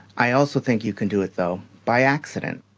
i also think you can do it, though, by accident.